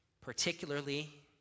particularly